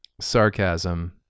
Sarcasm